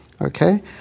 okay